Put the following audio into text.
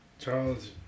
Charles